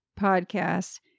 Podcast